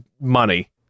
money